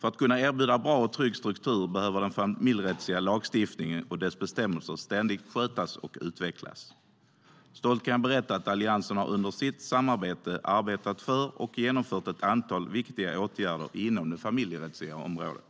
För att kunna erbjuda en bra och trygg struktur behöver den familjerättsliga lagstiftningen och dess bestämmelser ständigt skötas och utvecklas. Stolt kan jag berätta att Alliansen under sitt samarbete har arbetat för och genomfört ett antal viktiga åtgärder inom det familjerättsliga området.